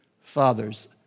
fathers